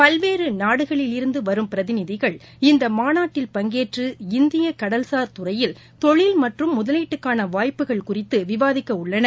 பல்வேறுநாடுகளிலிருந்துவரும் பிரதிநிதிகள் இந்தமாநாட்டில் பங்கேற்று இந்தியகடல்சாா் துறையில் தொழில் மற்றும் முதலீட்டுக்கானவாய்ப்புகள் குறித்துவிவாதிக்கவுள்ளனர்